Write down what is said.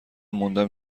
موندم